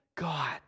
God